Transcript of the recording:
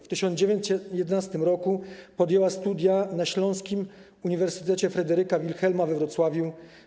W 1911 r. podjęła studia na Śląskim Uniwersytecie Fryderyka Wilhelma we Wrocławiu.